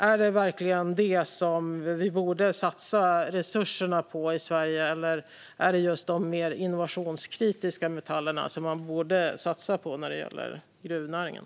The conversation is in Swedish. Är det verkligen detta vi borde satsa resurser på i Sverige? Eller borde vi satsa på de mer innovationskritiska metallerna i gruvnäringen?